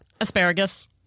Asparagus